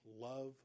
love